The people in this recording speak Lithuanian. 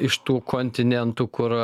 iš tų kontinentų kur